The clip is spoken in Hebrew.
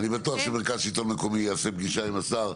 אני בטוח שמרכז שלטון מקומי יעשה פגישה עם השר,